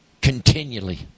continually